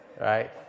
right